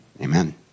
amen